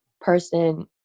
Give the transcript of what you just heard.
person